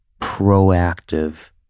proactive